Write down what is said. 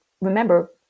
Remember